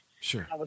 Sure